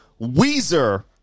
Weezer